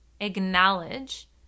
acknowledge